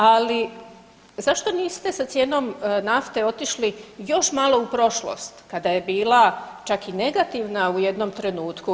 Ali zašto niste sa cijenom nafte otišli još malo u prošlost kada je bila čak i negativna u jednom trenutku?